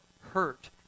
hurt